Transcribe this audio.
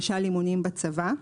כמו למשל אימונים בצבא.